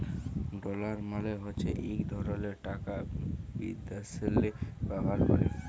dollar মালে হছে ইক ধরলের টাকা বিদ্যাশেল্লে ব্যাভার ক্যরে